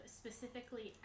specifically